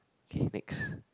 okay next